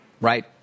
Right